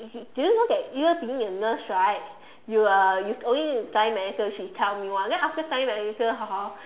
do you okay do you know even that being a nurse right you are you only need to study medicine she tell me [one] then after study medicine hor